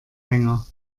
länger